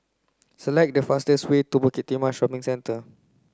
select the fastest way to Bukit Timah Shopping Centre